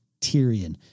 Tyrion